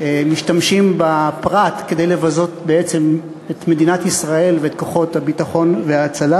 משתמשים בפרט כדי לבזות בעצם את מדינת ישראל ואת כוחות הביטחון וההצלה.